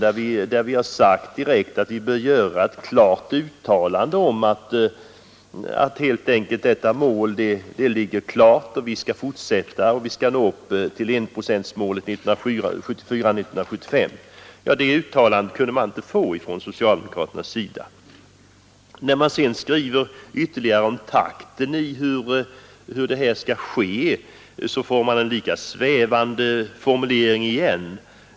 Vi har sagt att vi vill ha ett klart uttalande om att målet ligger fast och att enprocentsmålet skall uppnås 1974/75. Ett sådant uttalande kunde vi inte få från socialdemokraterna. När man sedan talar om takten i detta arbete använder man en lika svävande formulering.